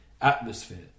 atmosphere